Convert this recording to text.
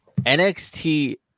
NXT